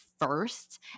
first